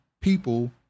people